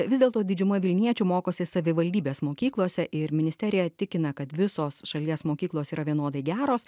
vis dėlto didžiuma vilniečių mokosi savivaldybės mokyklose ir ministerija tikina kad visos šalies mokyklos yra vienodai geros